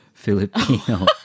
Filipino